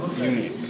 unique